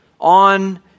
On